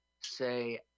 Say